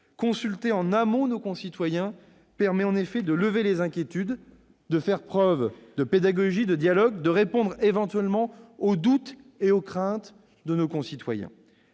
Consulter en amont nos concitoyens permet, en effet, de lever les inquiétudes, de faire preuve de pédagogie, de dialogue, de répondre éventuellement à leurs doutes et à leurs craintes. Certes,